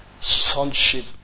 sonship